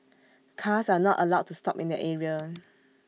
cars are not allowed to stop in that area